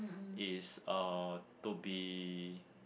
is uh to be